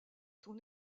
ton